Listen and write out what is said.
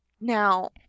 Now